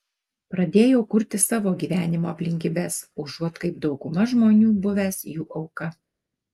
pradėjau kurti savo gyvenimo aplinkybes užuot kaip dauguma žmonių buvęs jų auka